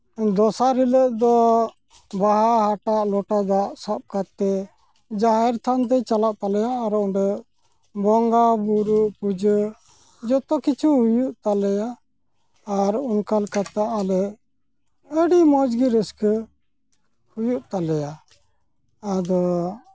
ᱫᱚᱥᱟᱨ ᱦᱤᱞᱳᱜ ᱫᱚ ᱵᱟᱦᱟ ᱦᱟᱴᱟᱜ ᱞᱚᱴᱟ ᱫᱟᱜ ᱥᱟᱵᱽ ᱠᱟᱛᱮᱫ ᱡᱟᱦᱮᱨ ᱛᱷᱟᱱᱛᱮᱭ ᱪᱟᱞᱟᱜ ᱛᱟᱞᱮᱭᱟ ᱟᱨ ᱚᱸᱰᱮ ᱵᱚᱸᱜᱟ ᱵᱳᱨᱳ ᱯᱩᱡᱟᱹ ᱡᱚᱫᱛᱚ ᱠᱤᱪᱷᱩ ᱦᱩᱭᱩᱜ ᱛᱟᱞᱮᱭᱟ ᱟᱨ ᱚᱱᱠᱟ ᱞᱮᱠᱟᱛᱮ ᱟᱞᱮ ᱟᱹᱰᱤ ᱢᱚᱡᱽ ᱜᱮ ᱨᱟᱹᱥᱠᱟᱹ ᱦᱩᱭᱩᱜ ᱛᱟᱞᱮᱭᱟ ᱟᱫᱚ